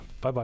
Bye-bye